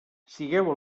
sigueu